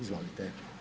Izvolite.